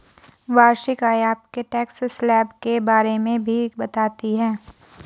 वार्षिक आय आपके टैक्स स्लैब के बारे में भी बताती है